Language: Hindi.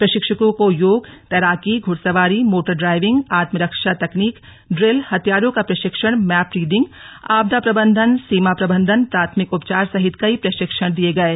प्रशिक्षुओं को योग तैराकी घुड़सवारी मोटर ड्राइविंग आत्मरक्षा तकनीकी ड्रिल हथियारों का प्रशिक्षण मैप रीडिंग आपदा प्रबंधन सीमा प्रबंधन प्राथमिक उपचार सहित कई प्रशिक्षण दिये गये